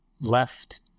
left